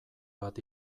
bat